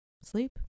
sleep